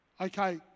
Okay